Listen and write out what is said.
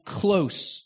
close